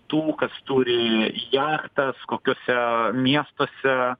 tų kas turi jachtas kokiuose miestuose